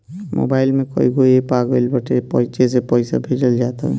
mobile में कईगो app आ गईल बाटे जेसे पईसा भेजल जात हवे